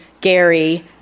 Gary